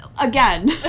Again